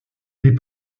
les